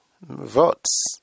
votes